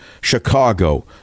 Chicago